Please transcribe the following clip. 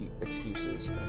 excuses